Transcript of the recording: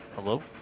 hello